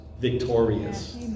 victorious